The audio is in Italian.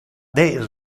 the